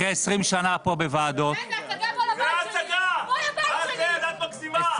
אחרי 20 שנה בוועדות שרק דיברנו ודיברנו ולא מצביעים ולא